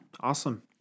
awesome